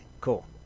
cool